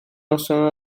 noson